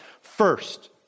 first